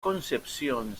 concepción